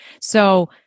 So-